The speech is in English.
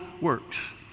works